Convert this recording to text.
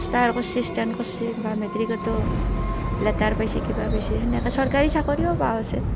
star কচ্ছি stand কচ্ছি বা মেট্ৰিকতো লেটাৰ পাইছে কিবা পাইছে সেনেকৈ চৰকাৰী চাকৰিও পোৱা আছে